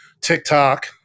TikTok